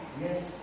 Yes